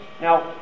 now